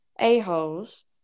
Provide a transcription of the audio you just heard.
a-holes